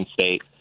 state